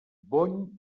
bony